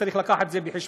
צריך להביא את זה בחשבון,